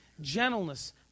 gentleness